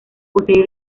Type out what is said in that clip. posee